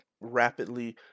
rapidly